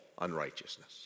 unrighteousness